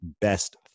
best